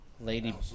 Lady